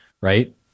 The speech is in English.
right